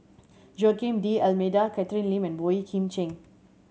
Joaquim D'Almeida Catherine Lim and Boey Kim Cheng